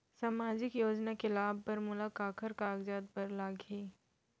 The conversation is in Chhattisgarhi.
सामाजिक योजना के लाभ बर मोला काखर कागजात बर लागही?